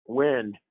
wind